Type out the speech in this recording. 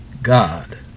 God